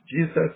Jesus